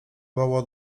wołał